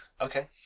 Okay